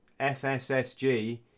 fssg